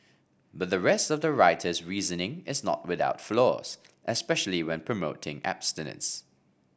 but the rest of the writer's reasoning is not without flaws especially when promoting abstinence